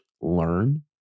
learn